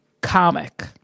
Comic